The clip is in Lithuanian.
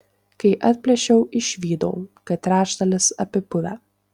kai atplėšiau išvydau kad trečdalis apipuvę